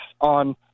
on –